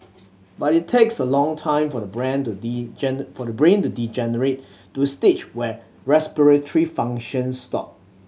but it takes a long time for the brain to for the brain to degenerate to a stage where respiratory functions stop